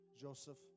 Joseph